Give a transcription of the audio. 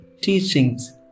teachings